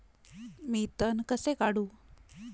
मी तण कसे काढू?